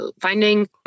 finding